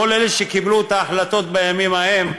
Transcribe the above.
כל אלה שקיבלו את ההחלטות בימים ההם?